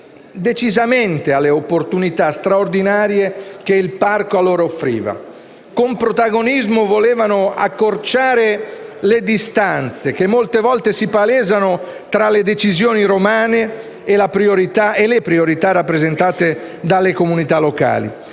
decisamente alle opportunità straordinarie che il parco offriva loro; con protagonismo hanno accorciato le distanze che molte volte si palesano tra le decisioni romane e le priorità rappresentate dalle comunità locali.